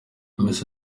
miss